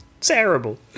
terrible